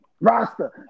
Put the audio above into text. Rasta